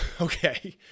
okay